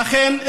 ואכן,